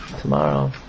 tomorrow